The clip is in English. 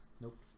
nope